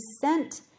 sent